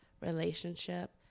relationship